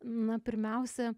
na pirmiausia